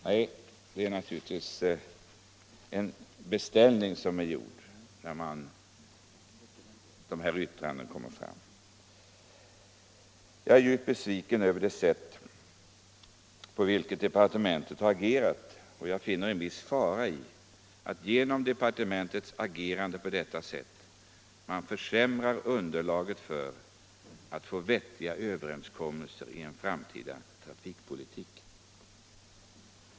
Nej, det är naturligtvis en beställning som är gjord och som föranleder dessa yttranden. Jag är djupt besviken över det sätt på vilket departementet här har agerat, och jag finner en viss fara i att departementets agerande kan försämra underlaget för att få vettiga överenskommelser i en framtida trafikpolitik.